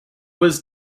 was